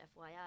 FYI